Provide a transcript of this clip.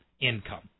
income